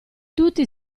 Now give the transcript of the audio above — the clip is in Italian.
tutti